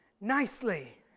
nicely